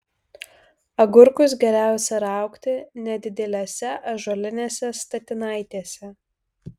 agurkus geriausia raugti nedidelėse ąžuolinėse statinaitėse